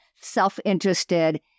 self-interested